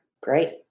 Great